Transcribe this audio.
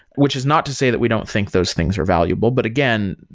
which is not to say that we don't think those things are valuable. but, again,